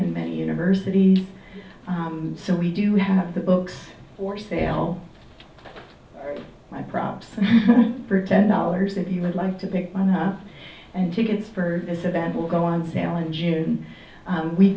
and many universities so we do have the books or sale my props for ten dollars that you would like to pick on us and tickets for this event will go on sale in june